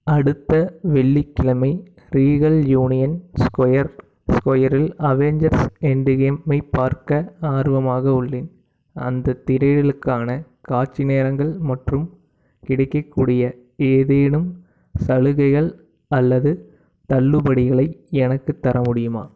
அடுத்த வெள்ளிக்கிழமை Regal Union Square ஸ்கொயரில் அவென்ஜர்ஸ் எண்ட்கேமை பார்க்க ஆர்வமாக உள்ளேன் அந்தத் திரையிடலுக்கான காட்சி நேரங்கள் மற்றும் கிடைக்கக்கூடிய ஏதேனும் சலுகைகள் அல்லது தள்ளுபடிகளை எனக்குத் தர முடியுமா